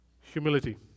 humility